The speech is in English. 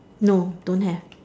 no don't have